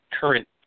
current